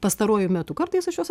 pastaruoju metu kartais aš juos